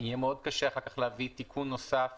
יהיה מאוד קשה אחר כך להביא תיקון נוסף